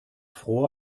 fror